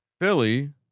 Philly